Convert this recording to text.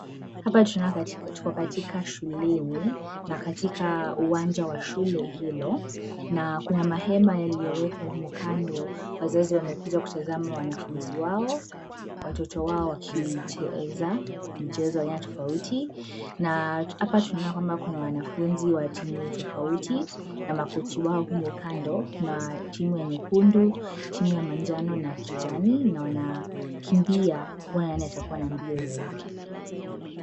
Hapa tuko katika shuleni na katika uwanja wa shule hilo na kuna hema yaliyowekwa humo kando wazazi wamekuja kutazama watoto wao wakicheza michezo ya aina tofauti na hapa tunaona kuna wanafunzi wa timu tofauti na makochi wao humo kando kuna timu ya nyekundu, timu ya manjano na ya kijani na wanakimbia kuona nani atakua na mbio zaidi.